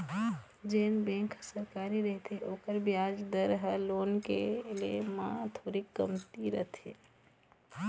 जेन बेंक ह सरकारी रहिथे ओखर बियाज दर ह लोन के ले म थोरीक कमती रथे